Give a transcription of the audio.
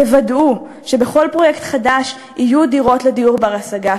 תוודאו שבכל פרויקט חדש יהיו דירות לדיור בר-השגה,